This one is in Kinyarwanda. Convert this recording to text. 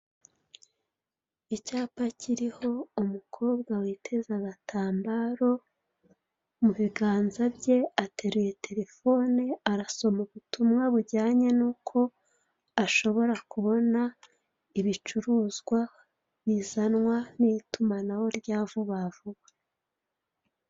Icyapa kiriho umukobwa witeze agatambaro, mu biganza bye ateruye terefone arasoma ubutumwa bujyanye nuko ashobora kubona ibicuruzwa bizanwa n'itumanaho rya vuba vuba.